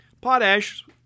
potash